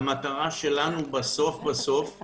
המטרה שלנו בסוף היא